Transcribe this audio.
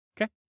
Okay